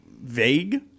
vague